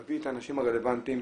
נביא את האנשים הרלוונטיים,